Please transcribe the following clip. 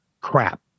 crap